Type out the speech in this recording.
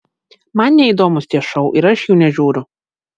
man neįdomūs tie šou ir aš jų nežiūriu